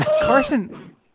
Carson